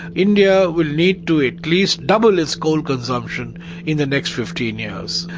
india will need to at least double its coal consumption in the next fifteen years.